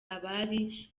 abari